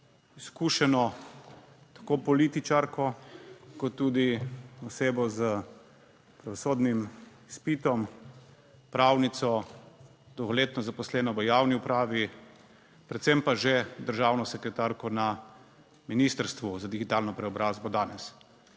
izkušeno, tako političarko kot tudi osebo s pravosodnim izpitom, pravnico dolgoletno zaposleno v javni upravi, predvsem pa že državno sekretarko na Ministrstvu za digitalno preobrazbo danes.